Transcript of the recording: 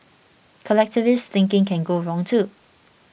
collectivist thinking can go wrong too